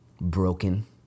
broken